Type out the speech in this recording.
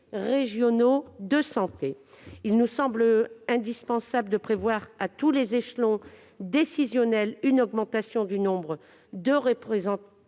régionaux de santé. Il nous semble indispensable de prévoir, à tous les échelons décisionnels, une augmentation du nombre de représentants